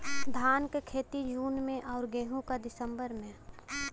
धान क खेती जून में अउर गेहूँ क दिसंबर में?